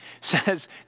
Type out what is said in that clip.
says